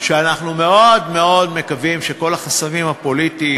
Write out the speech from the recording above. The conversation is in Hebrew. אנחנו מאוד מאוד מקווים שכל החסמים הפוליטיים,